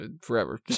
forever